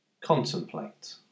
Contemplate